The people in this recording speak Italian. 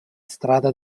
strada